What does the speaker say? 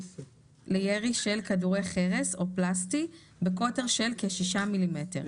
לירי של כדורי חרס או פלסטי בקוטר של כ-6 מ''מ,